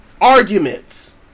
arguments